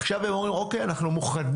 עכשיו הם אומרים שהם מוכנים